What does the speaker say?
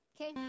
Okay